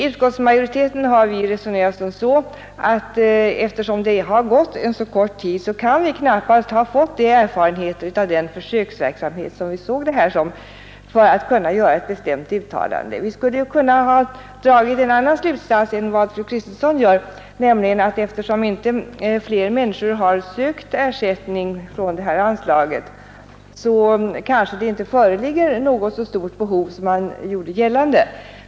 Utskottsmajoriteten har resonerat som så att vi knappast, eftersom det gått så kort tid, har fått tillräckliga erfarenheter av den försöksverksamhet som vi ansåg borde bedrivas för att vi skulle kunna göra ett bestämt uttalande. Vi skulle ha kunnat dra en annan slutsats än fru Kristensson gjort, nämligen att det, eftersom inte fler människor har sökt ersättning från detta anslag, kanske inte föreligger så stort behov som man gjorde gällande.